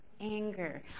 anger